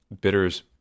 bitters